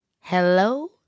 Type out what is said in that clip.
Hello